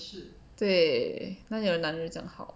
对哪里有男人讲好